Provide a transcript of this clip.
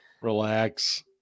Relax